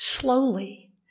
slowly